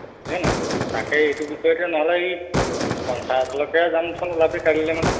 বুইছনে নাই তাকেই এইটো বিষয়তে নহ'লে এই পঞ্চায়তলৈকে যামচোন ওলাবি কালিলৈ মানে